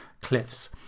cliffs